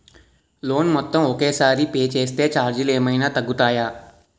Loan మొత్తం ఒకే సారి పే చేస్తే ఛార్జీలు ఏమైనా తగ్గుతాయా?